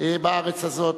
בארץ הזאת.